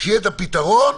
כשיהיה פתרון,